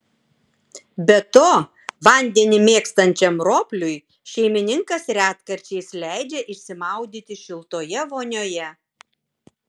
be to vandenį mėgstančiam ropliui šeimininkas retkarčiais leidžia išsimaudyti šiltoje vonioje